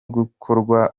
gukorwa